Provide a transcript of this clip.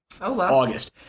August